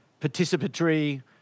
participatory